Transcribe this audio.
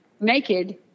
naked